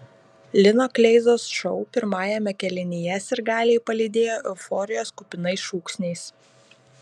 lino kleizos šou pirmajame kėlinyje sirgaliai palydėjo euforijos kupinais šūksniais